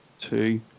two